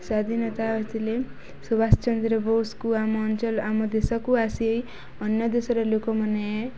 ସ୍ୱାଧୀନତା ହୋଇଥିଲେ ସୁବାଷ ଚନ୍ଦ୍ର ବୋଷକୁ ଆମ ଅଞ୍ଚ ଆମ ଦେଶକୁ ଆସି ଅନ୍ୟ ଦେଶର ଲୋକମାନେ